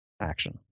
action